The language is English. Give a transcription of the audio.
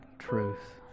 Truth